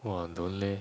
!wah! don't leh